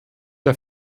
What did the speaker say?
der